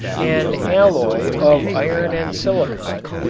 an alloy of iron and silicon,